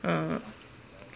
uh